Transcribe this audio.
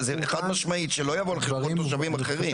אז חד משמעית שזה לא יבוא על חשבון תושבים אחרים.